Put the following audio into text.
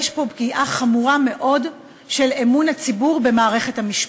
יש פה פגיעה חמורה מאוד באמון הציבור במערכת המשפט.